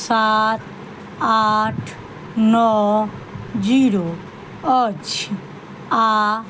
सात आठ नओ जीरो अछि आओर